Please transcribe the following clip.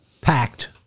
packed